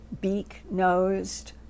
beak-nosed